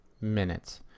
minutes